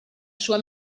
sua